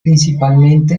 principalmente